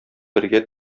бергә